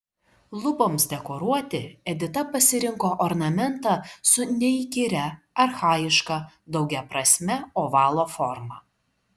luboms dekoruoti edita pasirinko ornamentą su neįkyria archajiška daugiaprasme ovalo forma